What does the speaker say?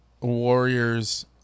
Warriors